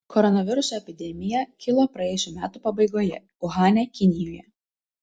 koronaviruso epidemija kilo praėjusių metų pabaigoje uhane kinijoje